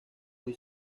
muy